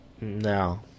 No